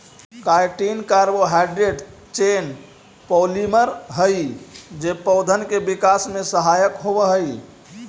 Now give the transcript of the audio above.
chitin carbohydrate chain polymer हई जे पौधन के विकास में सहायक होवऽ हई